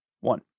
one